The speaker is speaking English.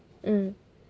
mm